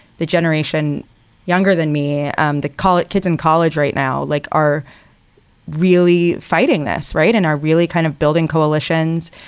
the generation younger than me um that call it kids in college right now like are really fighting this right. and are really kind of building coalitions,